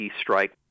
strike